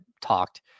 talked